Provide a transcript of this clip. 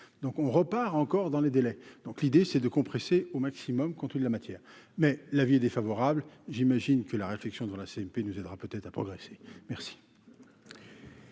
donc on repart encore dans les délais, donc l'idée c'est de compresser au maximum quand tout de la matière, mais l'avis est défavorable, j'imagine que la réflexion de la CMP nous aidera peut-être à progresser, merci.